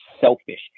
selfish